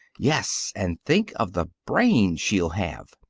yes, and think of the brain she'll have,